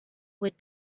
would